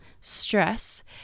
stress